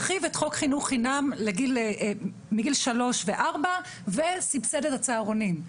הרחיב את חוק חינוך חינם מגיל שלוש וארבע וסבסד את הצהרונים.